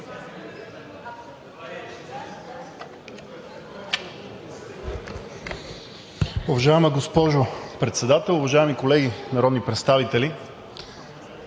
Благодаря